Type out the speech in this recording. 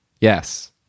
yes